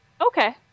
Okay